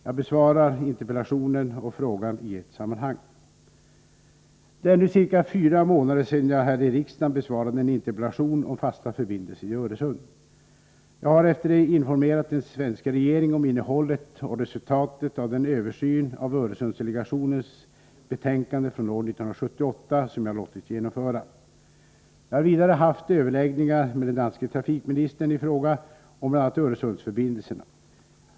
Jag besvarar interpellationen och frågan i ett sammanhang. Det är nu ca fyra månader sedan jag här i riksdagen besvarade en interpellation om fasta förbindelser i Öresund. Jag har efter det informerat den svenska regeringen om innehållet och resultatet av den översyn av Öresundsdelegationens betänkande från år 1978 som jag låtit genomföra. Jag har vidare haft överläggningar med den danske trafikministern i fråga om bl.a. Öresundsförbindelserna.